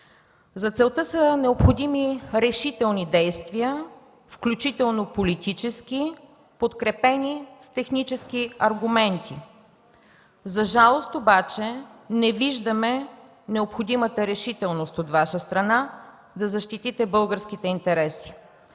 За целта са необходими решителни действия, включително политически, подкрепени с технически аргументи. За жалост, не виждаме необходимата решителност от Ваша страна да защитите българските интереси.